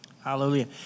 Hallelujah